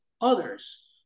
others